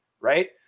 right